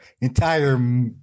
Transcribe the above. entire